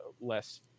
less